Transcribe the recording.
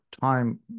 time